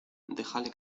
dejale